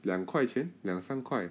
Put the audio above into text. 两块钱两三块